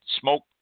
smoke